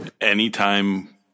Anytime